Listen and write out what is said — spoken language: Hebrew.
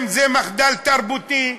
אם מחדל תרבותי.